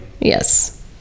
Yes